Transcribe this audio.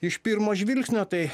iš pirmo žvilgsnio tai